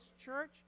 church